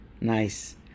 nice